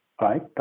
right